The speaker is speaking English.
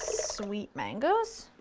sweet mangoes.